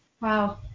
Wow